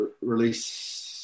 release